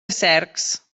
cercs